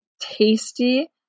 tasty